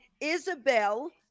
isabel